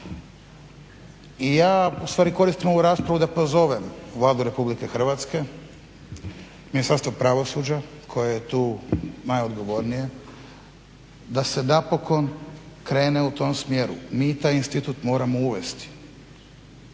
I ja u stvari koristim ovu raspravu da pozovem Vladu Republike Hrvatske, Ministarstvo pravosuđa koje je tu najodgovornije da se napokon krene u tom smjeru. Mi taj institut moramo uvesti.